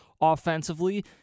offensively